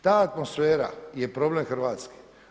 Ta atmosfera je problem Hrvatske.